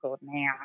now